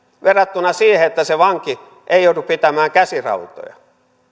verrattuna siihen että se vanki ei joudu pitämään käsirautoja